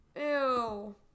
Ew